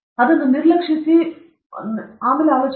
ನೈಸರ್ಗಿಕ ನಿಯಮವನ್ನು ನಿರಾಕರಿಸು